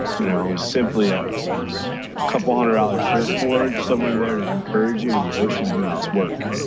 you know simply ah a couple of hundred dollar surfboard, someone there to encourage you, and the ocean doing its work.